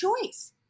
choice